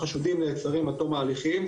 החשודים נעצרים עד תום ההליכים,